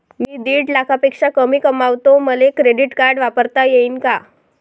मी दीड लाखापेक्षा कमी कमवतो, मले क्रेडिट कार्ड वापरता येईन का?